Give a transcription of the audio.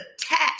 attached